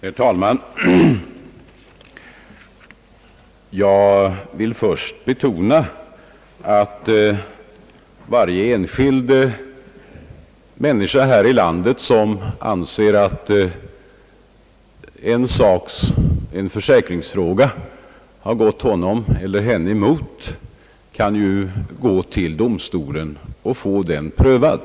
Herr talman! Jag vill först betona att varje enskild medborgare i vårt land, som anser att en försäkringsfråga har gått honom eller henne emot, kan vända sig till domstolen och få den prövad.